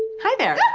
hi, there. aah!